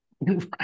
Right